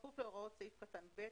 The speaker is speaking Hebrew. בכפוף להוראות סעיף קטן (ב),